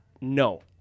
no